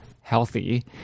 healthy